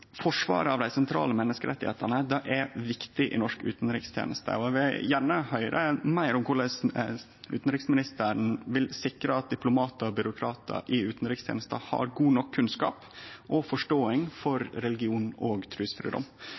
Forsvaret av dei sentrale menneskerettane er viktig i norsk utanriksteneste, og eg vil gjerne høyre meir om korleis utanriksministeren vil sikre at diplomatar og byråkratar i utanrikstenesta har god nok kunnskap om og forståing for religions- og